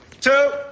two